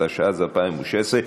התשע"ו 2016,